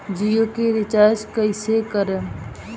जियो के रीचार्ज कैसे करेम?